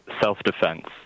self-defense